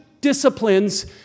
disciplines